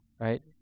right